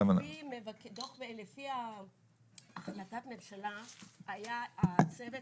לפי החלטת ממשלה היה הצוות